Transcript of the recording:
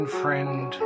friend